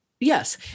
yes